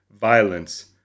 violence